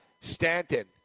Stanton